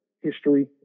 history